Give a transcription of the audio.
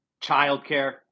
childcare